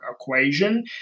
equation